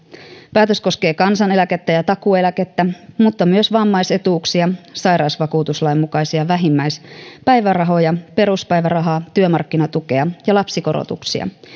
päätös koskee kansaneläkettä ja takuueläkettä mutta myös vammaisetuuksia sairausvakuutuslain mukaisia vähimmäispäivärahoja peruspäivärahaa työmarkkinatukea ja lapsikorotuksia